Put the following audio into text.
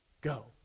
Go